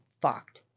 fucked